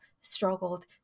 struggled